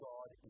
God